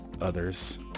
others